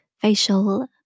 facial